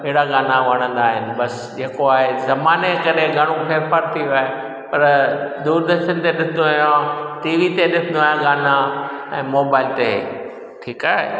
अहिड़ा गाना वणंदा आहिनि बसि जेको आहे ज़माने करे घणो फेरफार थी वियो आहे पर दूरदर्शन ते ॾिसंदो आहियां टी वी ते ॾिसंदो आहियां गाना ऐं मोबाइल ते ठीकु आहे